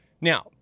Now